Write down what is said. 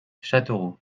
châteauroux